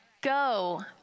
Go